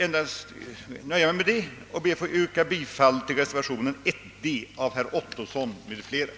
Jag nöjer mig med detta och ber att få yrka bifall till reservationen 1 d av herr Ottosson m.fl.